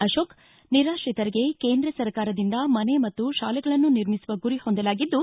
ಅಶೋಕ್ ನಿರಾತ್ರಿತರಿಗೆ ಕೇಂದ್ರ ಸರ್ಕಾರದಿಂದ ಮನೆ ಮತ್ತು ತಾಲೆಗಳನ್ನು ನಿರ್ಮಿಸುವ ಗುರಿ ಹೊಂದಲಾಗಿದ್ದು